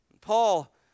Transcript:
Paul